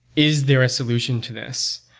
is there a solution to this?